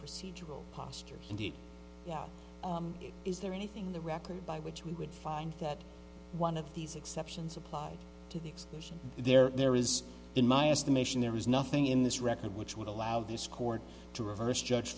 procedural posture indeed now is there anything in the record by which we would find that one of these exceptions applied to the exclusion there is in my estimation there is nothing in this record which would allow this court to reverse judge